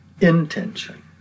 intention